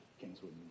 Kingswood